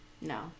No